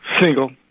Single